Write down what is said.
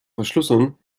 verschlüsseln